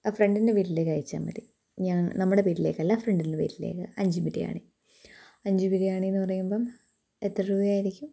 ഫ്രണ്ടിന്റെ വീട്ടിലേക്ക് അയച്ചാൽ മതി ഞാൻ നമ്മുടെ വീട്ടിലേക്കല്ല ഫ്രണ്ടിന്റെ വീട്ടിലേക്ക് അഞ്ച് ബിരിയാണി അഞ്ച് ബിരിയാണി എന്ന് പറയുമ്പം എത്ര രൂപ ആയിരിക്കും